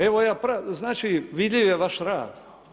Evo, ja, znači vidljiv je vaš rad.